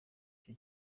icyo